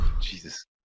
Jesus